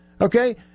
Okay